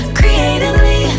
creatively